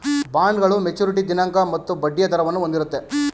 ಬಾಂಡ್ಗಳು ಮೆಚುರಿಟಿ ದಿನಾಂಕ ಮತ್ತು ಬಡ್ಡಿಯ ದರವನ್ನು ಹೊಂದಿರುತ್ತೆ